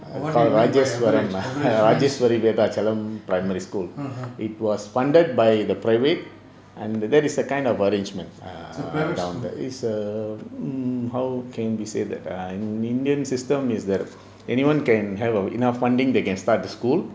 what do you mean by average average means uh uh it's a private school